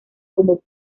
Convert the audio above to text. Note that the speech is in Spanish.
como